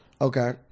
okay